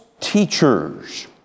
teachers